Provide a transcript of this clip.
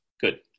good